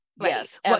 Yes